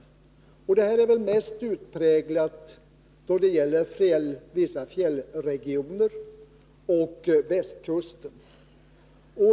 Detta är väl mest utpräglat då det gäller vissa fjällregioner och västkusten.